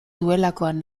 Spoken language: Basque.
duelakoan